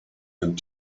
and